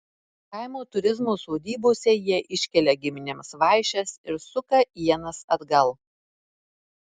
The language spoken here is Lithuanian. kaimo turizmo sodybose jie iškelia giminėms vaišes ir suka ienas atgal